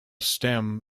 stem